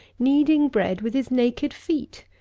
kneading bread with his naked feet!